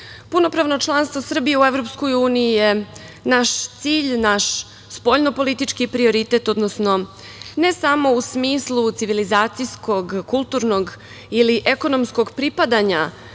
EU.Punopravno članstvo Srbije u EU je naš cilj, naš spoljnopolitički prioritet, odnosno ne samo u smislu civilizacijskog, kulturnog ili ekonomskog pripadanja